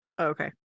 Okay